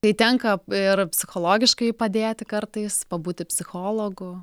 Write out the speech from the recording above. tai tenka ir psichologiškai padėti kartais pabūti psichologu